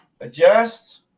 adjust